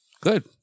Good